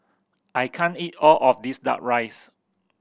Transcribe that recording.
I can't eat all of this Duck Rice